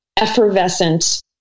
effervescent